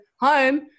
home